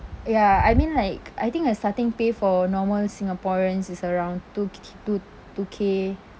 ya I mean like I think a starting pay for normal singaporeans is around two two two K